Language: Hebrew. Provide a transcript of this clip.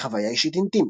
"חוויה אישית אינטימית".